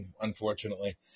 unfortunately